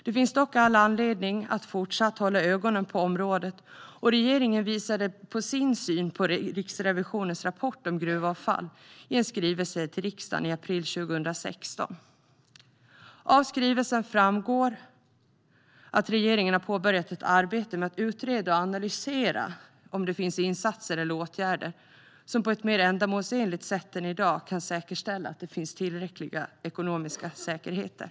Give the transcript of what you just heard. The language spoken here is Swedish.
Det finns dock all anledning att fortsätta hålla ögonen på området. Regeringen visade sin syn på Riksrevisionens rapport om gruvavfall i en skrivelse till riksdagen i april 2016. Av skrivelsen framgår att regeringen har påbörjat ett arbete med att utreda och analysera om det finns insatser eller åtgärder som på ett mer ändamålsenligt sätt än i dag kan säkerställa att det finns tillräckliga ekonomiska säkerheter.